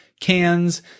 cans